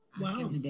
Wow